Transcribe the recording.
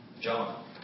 John